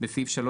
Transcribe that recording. "נעם